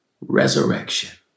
resurrection